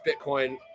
Bitcoin